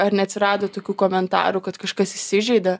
ar neatsirado tokių komentarų kad kažkas įsižeidė